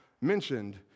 mentioned